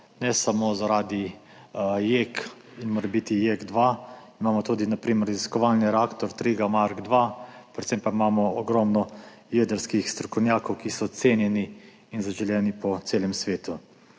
Ne samo zaradi JEK in morebiti JEK2, imamo tudi na primer raziskovalni reaktor TRIGA MARK II, predvsem pa imamo ogromno jedrskih strokovnjakov, ki so cenjeni in zaželeni po celem svetu.